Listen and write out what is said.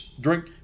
drink